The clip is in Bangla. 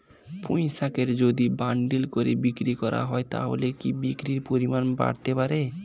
পুঁইশাকের যদি বান্ডিল করে বিক্রি করা হয় তাহলে কি বিক্রির পরিমাণ বাড়তে পারে?